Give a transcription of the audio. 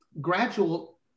gradual